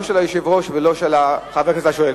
לא של היושב-ראש ולא של חבר הכנסת השואל.